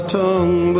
tongue